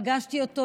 פגשתי אותו,